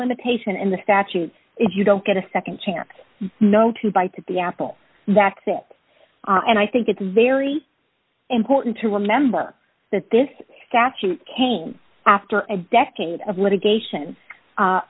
limitation in the statute if you don't get a nd chance no two bites at the apple that's it and i think it's very important to remember that this statute came after a decade of litigation